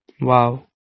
Wow